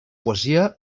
poesia